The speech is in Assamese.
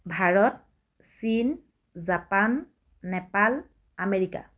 ভাৰত চীন জাপান নেপাল আমেৰিকা